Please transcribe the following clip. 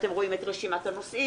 אתם רואים את רשימת הנושאים,